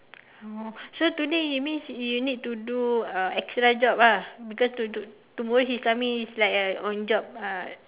oh so today you means you need to do uh extra job lah because to to tomorrow he is coming is like a on job uh